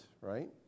Right